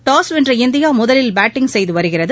toss வென்ற India முதலில் batting செய்து வருகிறது